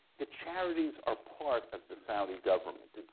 the charities are part of the saudi government. and